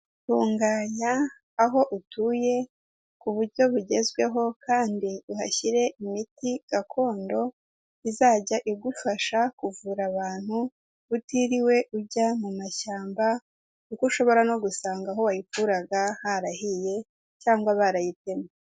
Tunganya aho utuye ku buryo bugezweho kandi uhashyire imiti gakondo izajya igufasha kuvura abantu utiriwe ujya mu mashyamba, kuko ushobora no gusanga aho wayikuraga harahiye cyangwa barayitemye.